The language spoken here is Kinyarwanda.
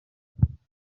budasanzwe